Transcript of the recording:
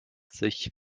sich